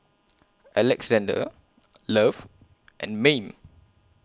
Alexzander Love and Mayme